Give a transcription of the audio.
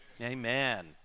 Amen